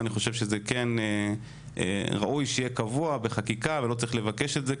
אני חושב שזה כן ראוי שיהיה קבוע בחקיקה ולא צריך לבקש את זה,